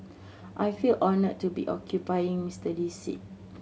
I feel honoured to be occupying Mister Lee's seat